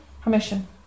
permission